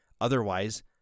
otherwise